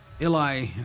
Eli